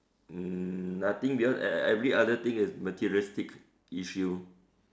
mm nothing because every other thing is materialistic issue